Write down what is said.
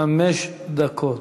חמש דקות.